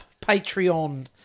Patreon